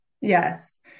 Yes